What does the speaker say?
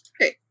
Okay